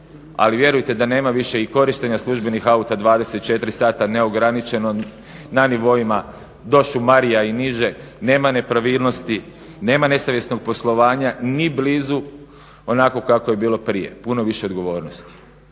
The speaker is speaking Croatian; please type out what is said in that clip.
Ali vjerujte da nema više i korištenja službenih auta 24 sata neograničeno na nivoima došumarija i niže, nema nepravilnosti, nema nesavjesnog poslovanja ni blizu onako kako je bilo prije. Puno je više odgovornosti,